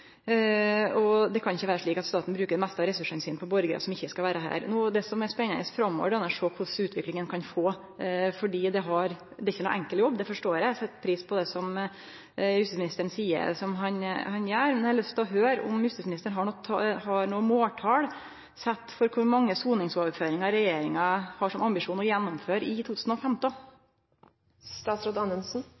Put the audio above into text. av ressursane sine på borgarar som ikkje skal vere her. Det som er spennande framover, er å sjå kva for utvikling ein kan få, for det er ikkje nokon enkel jobb – det forstår eg. Eg set pris på det justisministeren seier han gjer, men eg har lyst til å høyre om justisministeren har sett nokre måltal for kor mange soningsoverføringar regjeringa har som ambisjon å gjennomføre i 2015.